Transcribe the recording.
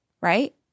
Right